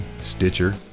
Stitcher